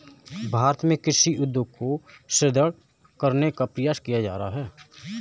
भारत में कृषि उद्योग को सुदृढ़ करने का प्रयास किया जा रहा है